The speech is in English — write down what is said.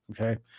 okay